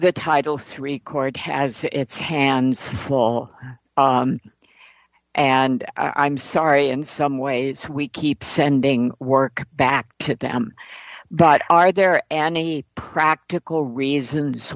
the title three court has its hands full and i'm sorry in some ways we keep sending work back to them but are there any practical reasons